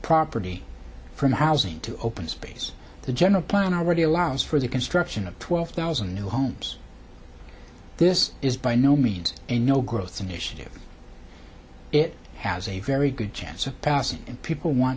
property from housing to open space the general plan already allows for the construction of twelve thousand new homes this is by no means a no growth initiative it has a very good chance of passing and people want